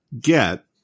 get